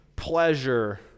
pleasure